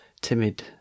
timid